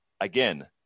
again